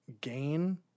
gain